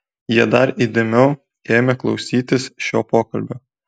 jie dar įdėmiau ėmė klausytis šio pokalbio